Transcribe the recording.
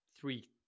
three